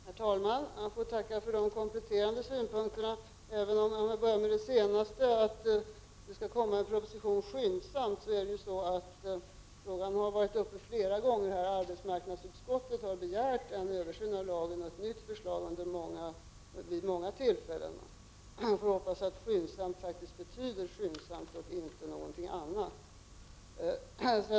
Herr talman! Jag får tacka för de kompletterande synpunkterna. Arbetsmarknadsministern säger att en proposition skall läggas fram skyndsamt, men frågan har varit uppe flera gånger, och arbetsmarknadsutskottet har vid många tillfällen begärt en översyn av lagen och ett nytt förslag. Jag hoppas att ”skyndsamt” faktiskt betyder skyndsamt och inte någonting annat.